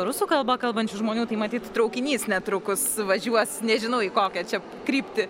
rusų kalba kalbančių žmonių tai matyt traukinys netrukus važiuos nežinau į kokią čia kryptį